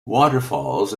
waterfalls